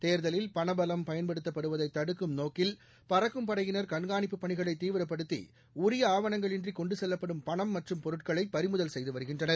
தேர்தலில் பணபலம் பயன்படுத்தப்படுவதைதடுக்கும் நோக்கில் பறக்கும் படையினர் கண்காணிப்பு பணிகளைதீவிரப்படுத்திஉரியஆவணங்களின்றிகொண்டுசெல்லப்படும் பணம் மற்றும் பொருட்களைபறிமுதல் செய்துவருகின்றனர்